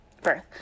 birth